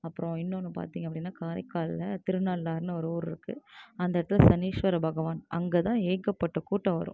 அப்புறம் இன்னொன்று பார்த்திங்க அப்படின்னா காரைக்காலில் திருநள்ளாறுன்னு ஒரு ஊர் இருக்கு அந்த இடத்துல சனீஸ்வர பகவான் அங்க தான் ஏகப்பட்ட கூட்டம் வரும்